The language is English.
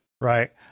right